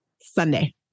Sunday